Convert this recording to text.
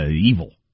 evil